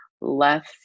left